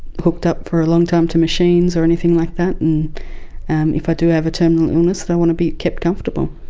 hooked up for a long time to machines or anything like that. and um if i do have a terminal illness, that i want to be kept comfortable.